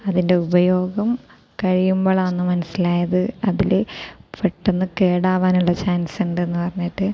അതിൻ്റെ ഉപയോഗം കഴിയുമ്പോഴാണ് മനസ്സിലായത് അതിൽ പെട്ടെന്ന് കേടാവാനുള്ള ചാൻസ് ഉണ്ട് എന്ന് പറഞ്ഞിട്ട്